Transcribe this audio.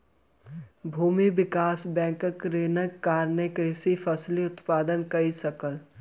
भूमि विकास बैंकक ऋणक कारणेँ कृषक फसिल उत्पादन कय सकल